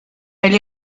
elle